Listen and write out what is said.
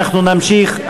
אנחנו נמשיך.